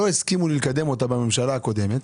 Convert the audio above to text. לא הסכימו לי לקדמה בממשלה הקודמת